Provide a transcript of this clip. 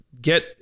get